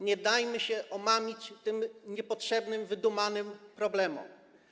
Nie dajmy się omamić tym niepotrzebnym, wydumanym problemom.